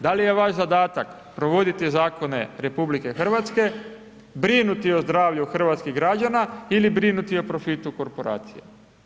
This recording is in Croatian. Da li je vaš zadatak provoditi zakone RH, brinuti o zdravlju hrvatskih građana ili brinuti o profitu korporacije?